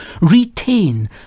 Retain